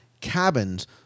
cabins